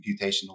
computational